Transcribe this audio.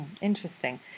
Interesting